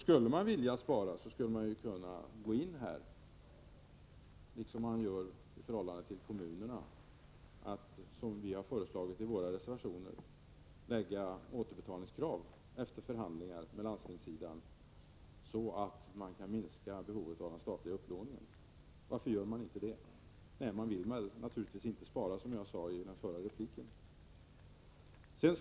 Skulle man vilja spara, skulle man kunna gå in här på samma sätt som man gör i fråga om kommunerna och, som vi föreslagit i våra reservationer, ställa återbetalningskrav efter förhandlingar med landstingen. På det sättet skulle man kunna minska behovet av den statliga upplåningen. Varför gör man inte detta? Nej, man vill naturligtvis inte spara, som jag sade i min förra replik.